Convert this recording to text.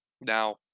Now